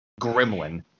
gremlin